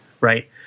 right